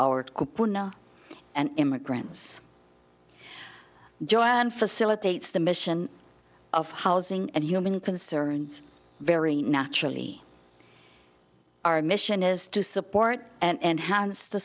or an immigrant's joy ann facilitates the mission of housing and human concerns very naturally our mission is to support and hands the